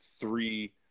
three